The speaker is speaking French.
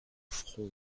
front